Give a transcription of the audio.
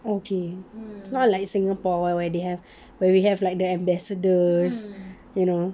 okay it's not like singapore where where they have where we have like the ambassadors you know